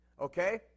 Okay